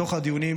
מתוך הדיונים,